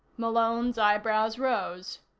malone's eyebrows rose.